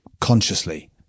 consciously